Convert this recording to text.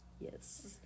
Yes